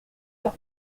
cent